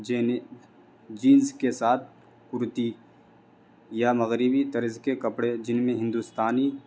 جینی jeans کے ساتھ کرتی یا مغربی طرز کے کپڑے جن میں ہندوستانی